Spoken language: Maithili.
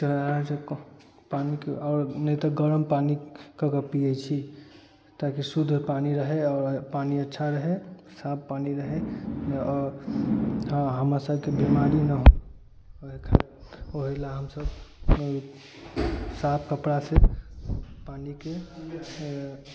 पानिके आओर नहि तऽ गरम पानि कऽके पीयै छी ताकि शुद्ध पानि रहै आओर पानि अच्छा रहै साफ पानि रहै आओर हँ हमरा सबके बीमारी नहि होइ ओही लए हमसब साफ कपड़ासँ पानिके